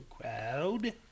crowd